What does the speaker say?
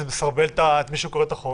זה מסרבל למי שקורא את החוק.